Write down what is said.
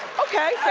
okay,